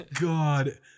God